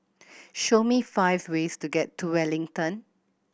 show me five ways to get to Wellington